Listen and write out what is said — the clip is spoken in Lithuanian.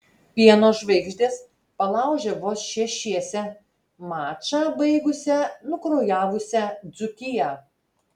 pieno žvaigždės palaužė vos šešiese mačą baigusią nukraujavusią dzūkiją